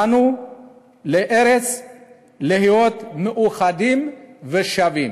באנו לארץ להיות מאוחדים ושווים.